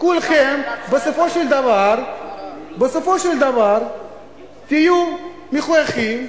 כולכם בסופו של דבר תהיו מחויכים